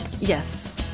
Yes